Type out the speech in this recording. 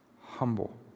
Humble